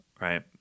right